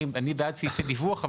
אני בעד שייצאו דיווחים,